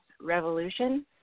Revolution